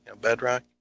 bedrock